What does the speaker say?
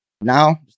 Now